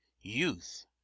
Youth